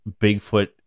Bigfoot